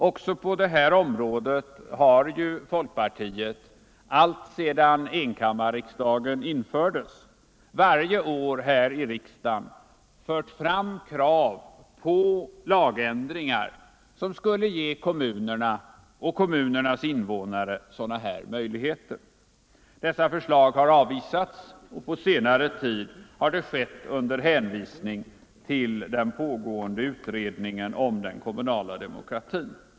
Också på detta område har ju folkpartiet alltsedan enkammarriksdagen infördes varje år här i riksdagen fört fram krav på lagändringar som skulle ge kommunerna och kommunernas invånare sådana möjligheter. Dessa förslag har avvisats — och på senare tid har det skett under hänvisning till den pågående utredningen om den kommunala demokratin.